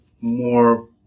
more